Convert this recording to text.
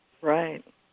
Right